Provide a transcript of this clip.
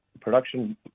production